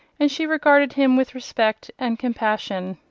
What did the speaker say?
and she regarded him with respect and compassion.